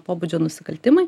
pobūdžio nusikaltimai